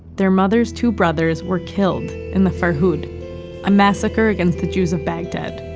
their mother's two brothers were killed in the farhud a massacre against the jews of baghdad.